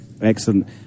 Excellent